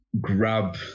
grab